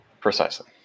Precisely